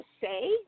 say